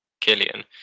killian